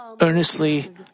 earnestly